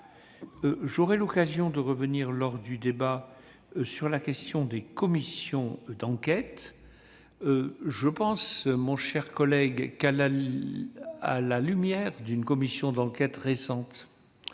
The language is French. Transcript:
J'aurai l'occasion de revenir lors du débat sur la question des commissions d'enquête. Il serait souhaitable, à la lumière d'une commission d'enquête récente,